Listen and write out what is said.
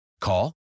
Call